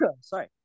sorry